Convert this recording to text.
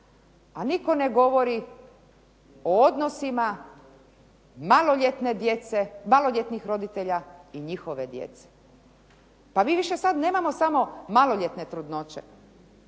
a nitko ne govori o odnosima maloljetnih roditelja i njihove djece. Pa mi više sad nemamo samo maloljetne trudnoće